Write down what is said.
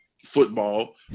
football